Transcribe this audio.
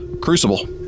Crucible